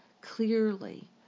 clearly